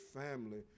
family